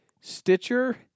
stitcher